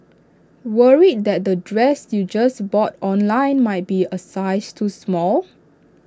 worried that the dress you just bought online might be A size too small